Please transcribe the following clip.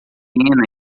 pequena